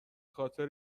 خاطر